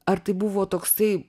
ar tai buvo toksai